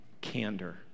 candor